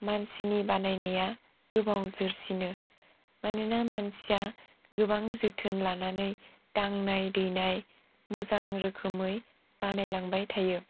मानसिनि बानायनाया गोबाव जोरसिनो मानोना मानसिया गोबां जोथोन लानानै दांनाय दैनाय मोजां रोखोमै बानायलांबाय थायो